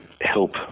help